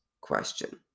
question